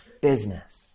business